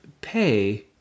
pay